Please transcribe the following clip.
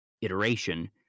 iteration